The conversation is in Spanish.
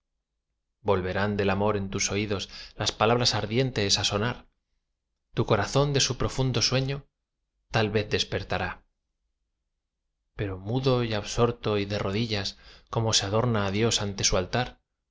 volverán del amor en tus oídos las palabras ardientes á sonar tu corazón de su profundo sueño tal vez despertará pero mudo y absorto y de rodillas como se adora á dios ante su altar